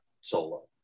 solo